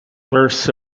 bursts